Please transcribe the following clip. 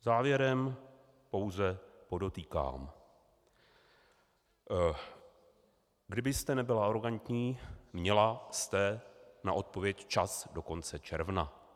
Závěrem pouze podotýkám kdybyste nebyla arogantní, měla jste na odpověď čas do konce června.